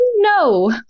No